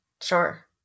Sure